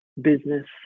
Business